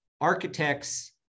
Architects